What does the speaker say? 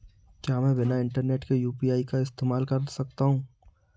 क्या मैं बिना इंटरनेट के यू.पी.आई का इस्तेमाल कर सकता हूं?